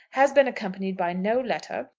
has been accompanied by no letter,